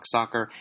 Soccer